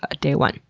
ah day one.